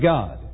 God